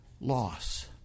Loss